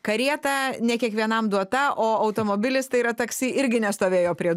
karieta ne kiekvienam duota o automobilis tai yra taksi irgi nestovėjo prie